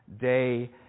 day